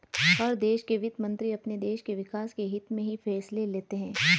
हर देश के वित्त मंत्री अपने देश के विकास के हित्त में ही फैसले लेते हैं